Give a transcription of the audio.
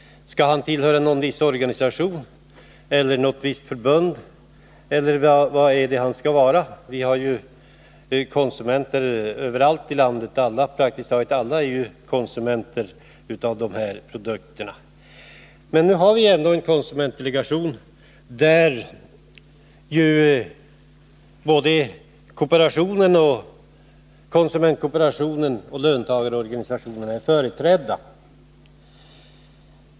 Skall en konsument tillhöra någon viss organisation eller något visst förbund, eller vad är det han skall vara? Vi har ju konsumenter överallt i landet — praktiskt taget alla är ju konsumenter av de här produkterna. Och vi har en konsumentdelegation, där både konsumentkooperationen och löntagarorganisationerna är företrädda.